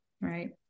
right